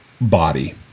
body